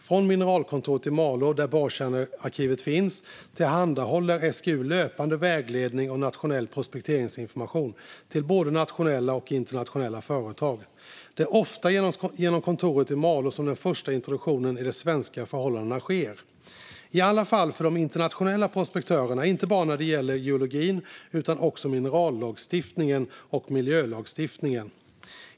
Från mineralkontoret i Malå, där borrkärnearkivet finns, tillhandahåller SGU löpande vägledning och nationell prospekteringsinformation till både nationella och internationella företag. Det är ofta genom kontoret i Malå som den första introduktionen i de svenska förhållandena sker, i alla fall för de internationella prospektörerna, inte bara när det gäller geologin, utan också i minerallagstiftningen och miljölagstiftningen.